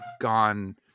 gone